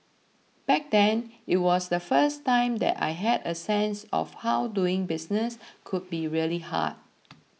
back then it was the first time that I had a sense of how doing business could be really hard